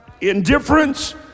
Indifference